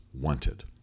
wanted